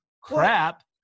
crap